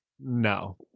No